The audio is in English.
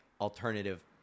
alternative